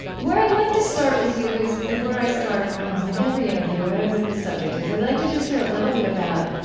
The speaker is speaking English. where i'd like to start with you is where i start um with every interview, whatever the subject is. i'd like to just hear a little bit about,